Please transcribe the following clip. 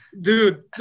dude